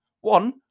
One